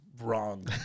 wrong